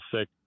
sick